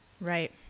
right